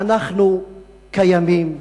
אנחנו קיימים,